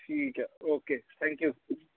ठीक ऐ okay thank you